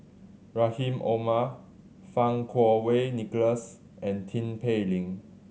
Rahim Omar Fang Kuo Wei Nicholas and Tin Pei Ling